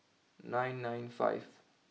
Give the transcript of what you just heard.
nine nine five